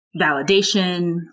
validation